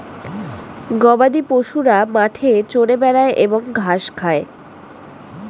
গবাদিপশুরা মাঠে চরে বেড়ায় এবং ঘাস খায়